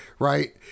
Right